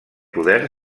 poder